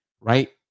right